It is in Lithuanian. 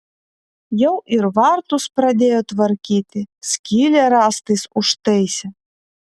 jau ir vartus pradėjo tvarkyti skylę rąstais užtaisė